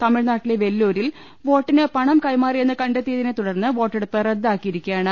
തമി ഴ്നാട്ടിലെ വെല്ലൂരിൽ വോട്ടിന് പണം കൈമാറിയെന്ന് കണ്ടെത്തി യതിനെ തുടർന്ന് വോട്ടെടുപ്പ് റദ്ദാക്കിയിരിക്കയാണ്